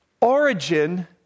origin